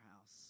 house